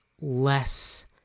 less